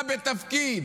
בבקשה.